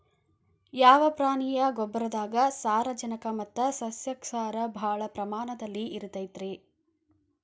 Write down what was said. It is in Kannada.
ಯಾವ ಪ್ರಾಣಿಯ ಗೊಬ್ಬರದಾಗ ಸಾರಜನಕ ಮತ್ತ ಸಸ್ಯಕ್ಷಾರ ಭಾಳ ಪ್ರಮಾಣದಲ್ಲಿ ಇರುತೈತರೇ?